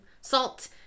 salt